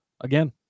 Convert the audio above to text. again